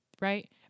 right